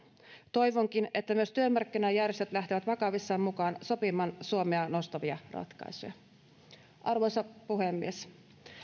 toivonkin että myös työmarkkinajärjestöt lähtevät vakavissaan mukaan sopimaan suomea nostavia ratkaisuja arvoisa puhemies